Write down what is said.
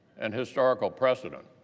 and historical precedent